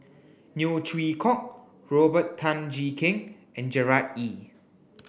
Neo Chwee Kok Robert Tan Jee Keng and Gerard Ee